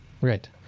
Right